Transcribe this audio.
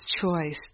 choice